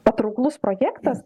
patrauklus projektas